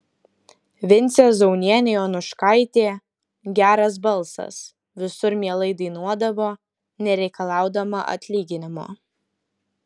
vincė zaunienė jonuškaitė geras balsas visur mielai dainuodavo nereikalaudama atlyginimo